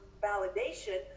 validation